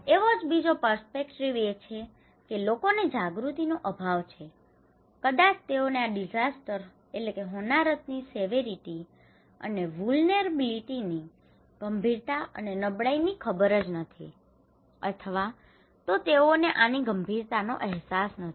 એવો જ બીજો પર્સ્પેક્ટિવ perspective દૃષ્ટિકોણ એ છે કે લોકોને જાગૃતિનો અભાવ છે કદાચ તેઓને આ ડીસાસ્ટર disaster હોનારત ની સેવેરિટી અને વુલનેરબીલીટીની severity and vulnerability ગંભીરતા અને નબળાઈ ખબર જ નથી અથવા તો તેઓને આની ગંભીરતાનો અહેસાસ નથી